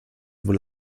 wohl